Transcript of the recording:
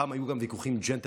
פעם היו גם ויכוחים ג'נטלמניים,